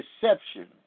deception